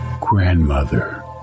Grandmother